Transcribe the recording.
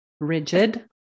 rigid